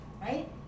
right